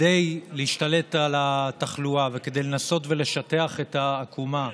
כדי להשתלט על התחלואה וכדי לנסות ולשטח את העקומה,